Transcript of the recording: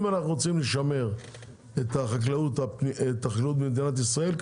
אם אנחנו רוצים לשמר את החקלאות במדינת ישראל,